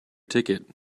ticket